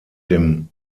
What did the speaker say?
dem